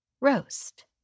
Roast